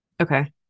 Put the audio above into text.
okay